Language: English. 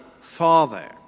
father